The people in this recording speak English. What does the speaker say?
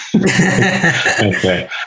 Okay